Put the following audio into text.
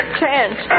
chance